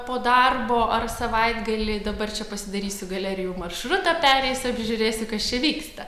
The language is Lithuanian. po darbo ar savaitgalį dabar čia pasidarysiu galerijų maršrutą pereisiu apžiūrėsiu kas čia vyksta